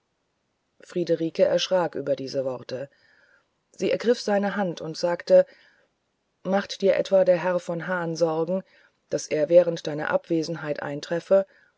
friederike erschrak über seine worte sie ergriff seine hand und sagte macht dir etwa der herr von hahn sorgen daß er während deiner abwesenheit eintreffe